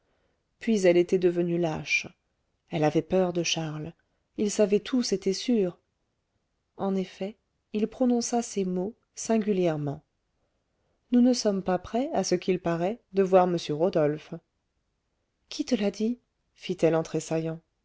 puis elle était devenue lâche elle avait peur de charles il savait tout c'était sûr en effet il prononça ces mots singulièrement nous ne sommes pas près à ce qu'il paraît de voir m rodolphe qui te l'a dit fit-elle